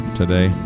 today